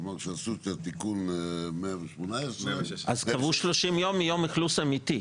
הוא אמר שעשו את תיקון 116. אז קבעו 30 יום מיום אכלוס אמיתי.